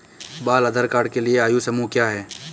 बाल आधार कार्ड के लिए आयु समूह क्या है?